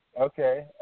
Okay